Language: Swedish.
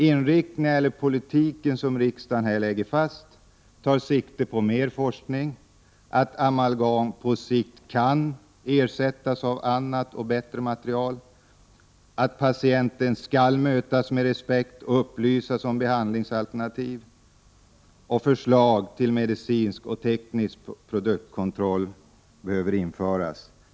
Den politik som riksdagen här lägger fast inriktas på mer forskning, att amalgam på sikt kan ersättas av annat och bättre material, att patienten skall mötas med respekt och upplysas om behandlingsalternativ samt att medicinsk och teknisk produktkontroll behöver införas.